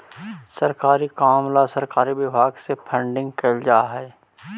सरकारी काम ला सरकारी विभाग से फंडिंग कैल जा हई